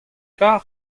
kar